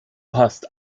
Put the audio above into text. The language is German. hast